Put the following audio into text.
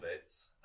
bits